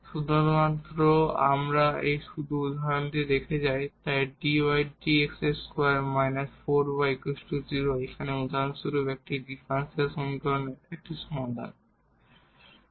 সুতরাং আসুন আমরা শুধু উদাহরণ দিয়ে যাই তাই এখানে উদাহরণস্বরূপ এই ডিফারেনশিয়াল সমীকরণটি একটি সাধারণ সমাধান